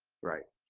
right.